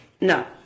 No